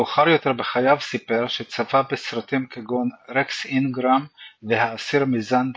מאוחר יותר בחייו סיפר שצפה בסרטים כגון Rex Ingram ו-"האסיר מזנדה"